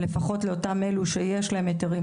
לפחות לאותם אלו שיש להם היתר,